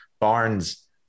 Barnes